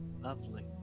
Lovely